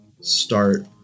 start